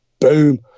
boom